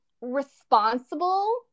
responsible